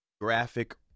graphic